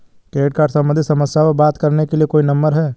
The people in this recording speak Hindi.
क्रेडिट कार्ड सम्बंधित समस्याओं पर बात करने के लिए कोई नंबर है?